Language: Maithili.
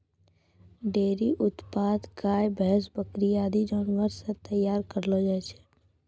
डेयरी उत्पाद गाय, भैंस, बकरी आदि जानवर सें तैयार करलो जाय छै